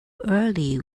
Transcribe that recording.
early